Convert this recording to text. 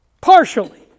partially